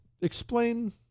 explain